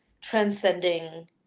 transcending